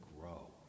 grow